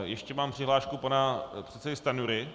Ještě mám přihlášku pana předsedy Stanjury.